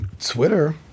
Twitter